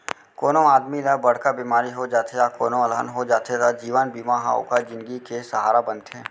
कोनों आदमी ल बड़का बेमारी हो जाथे या कोनों अलहन हो जाथे त जीवन बीमा ह ओकर जिनगी के सहारा बनथे